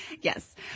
Yes